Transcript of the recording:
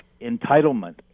entitlement